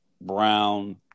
Brown